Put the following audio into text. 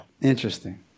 interesting